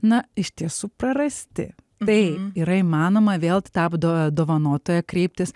na iš tiesų prarasti taip yra įmanoma vėl tap do dovanotoją kreiptis